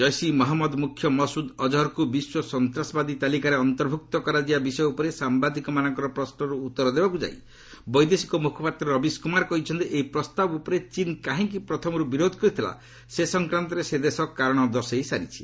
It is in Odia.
ଜୈସ୍ ଇ ମହମ୍ମଦ ମୁଖ୍ୟ ମସ୍ତଦ ଅଜହରକ୍ତ ବିଶ୍ୱ ସନ୍ତାସବାଦୀ ତାଲିକାରେ ଅନ୍ତର୍ଭୂକ୍ତ କରାଯିବା ବିଷୟ ଉପରେ ସାମ୍ଭାଦିକମାନଙ୍କର ପ୍ରଶ୍ନର ଉତ୍ତର ଦେବାକୁ ଯାଇ ବୈଦେଶିକ ମୁଖପାତ୍ର ରବିଶ କୁମାର କହିଛନ୍ତି ଏହି ପ୍ରସ୍ତାବ ଉପରେ ଚୀନ୍ କାହିଁକି ପ୍ରଥମରୁ ବିରୋଧ କରିଥିଲା ସେ ସଂକ୍ରାନ୍ତରେ ସେ ଦେଶ କାରଣ ଦର୍ଶାଇ ସାରିଛି